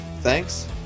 Thanks